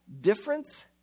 difference